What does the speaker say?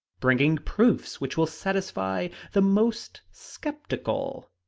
bringing proofs which will satisfy the most skeptical,